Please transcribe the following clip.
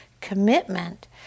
commitment